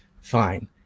fine